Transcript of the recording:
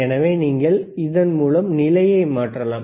எனவே நீங்கள் இதன் மூலம் நிலையை மாற்றலாம்